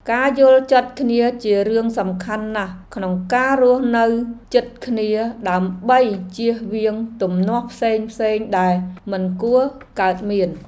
ការយល់ចិត្តគ្នាជារឿងសំខាន់ណាស់ក្នុងការរស់នៅជិតគ្នាដើម្បីជៀសវាងទំនាស់ផ្សេងៗដែលមិនគួរកើតមាន។